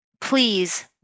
please